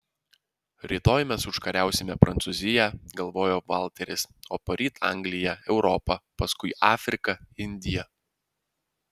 rytoj mes užkariausime prancūziją galvojo valteris o poryt angliją europą paskui afriką indiją